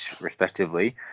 respectively